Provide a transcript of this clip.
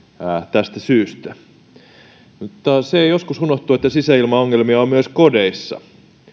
tästä syystä mutta se joskus unohtuu että sisäilmaongelmia on myös kodeissa